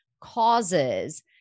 causes